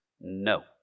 no